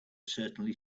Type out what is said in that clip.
certainly